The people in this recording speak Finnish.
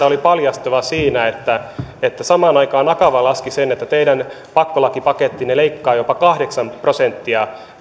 oli paljastava siinä että että samaan aikaan akava laski sen että teidän pakkolakipakettinne leikkaa jopa kahdeksan prosenttia